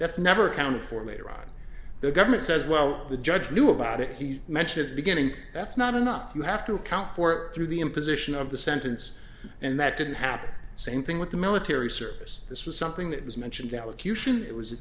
that's never count for major on the government says well the judge knew about it he mentioned beginning that's not enough you have to account for through the imposition of the sentence and that didn't happen same thing with the military service this was something that was mentioned